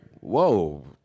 Whoa